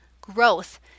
growth